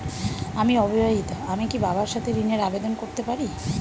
আমি অবিবাহিতা আমি কি বাবার সাথে ঋণের আবেদন করতে পারি?